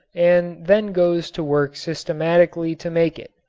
and then goes to work systematically to make it.